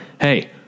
Hey